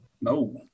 No